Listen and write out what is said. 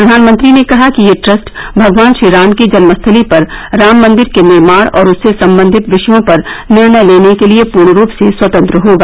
प्रधानमंत्री ने कहा कि यह ट्रस्ट भगवान श्रीराम की जन्मस्थली पर राममंदिर के निर्माण और उससे संबंधित विषयों पर निर्णय लेने के लिए पूर्ण रूप से स्वतंत्र होगा